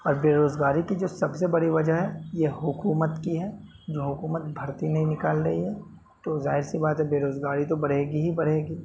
اور بےروزگاری کی جو سب سے بڑی وجہ ہے یہ حکومت کی ہے جو حکومت بھرتی نہیں نکال رہی ہے تو ظاہر سی بات ہے بےروزگاری تو بڑھے گی ہی بڑھے گی